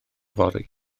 fory